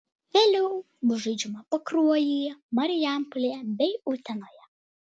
vėliau bus žaidžiama pakruojyje marijampolėje bei utenoje